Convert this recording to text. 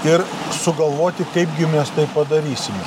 ir sugalvoti kaipgi mes tai padarysim